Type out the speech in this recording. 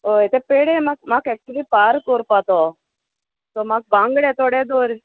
हय तें पेडे म्हाका म्हाका एक्चुली पारो कोरपा तो सो म्हाक बांगडे थोडे धोर